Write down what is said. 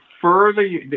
further